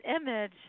image